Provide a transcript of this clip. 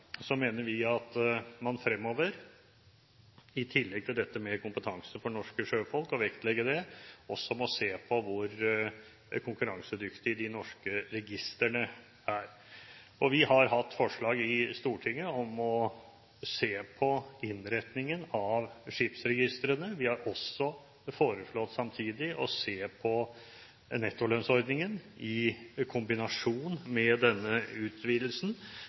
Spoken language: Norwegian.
mener vi at man fremover, i tillegg til å vektlegge dette med kompetanse for norske sjøfolk, også må se på hvor konkurransedyktige de norske registrene er. Vi har hatt forslag i Stortinget om å se på innretningen av skipsregistrene. Vi har også samtidig foreslått å se på nettolønnsordningen i kombinasjon med denne utvidelsen.